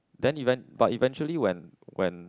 then even~ but eventually when when